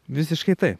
visiškai taip